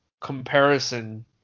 comparison